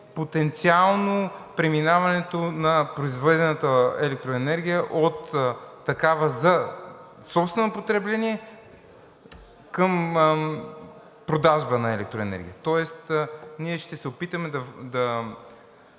потенциално преминаването на произведената електроенергия от такава за собствено потребление към продажба на електроенергия. Тоест ние ще се опитаме да